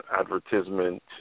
advertisement